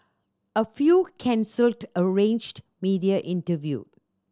a few cancelled arranged media interview